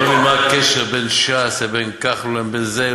אני לא מבין מה הקשר בין ש"ס לבין כחלון לבין זה,